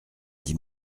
dit